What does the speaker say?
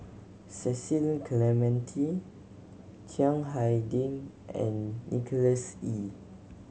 Cecil Clementi Chiang Hai Ding and Nicholas Ee